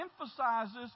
emphasizes